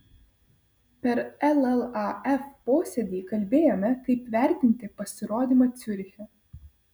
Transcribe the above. per llaf posėdį kalbėjome kaip vertinti pasirodymą ciuriche